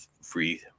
free